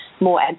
more